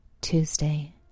Tuesday